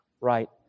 right